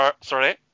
sorry